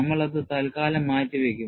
നമ്മൾ അത് തൽക്കാലം മാറ്റിവയ്ക്കും